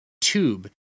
tube